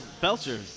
Belcher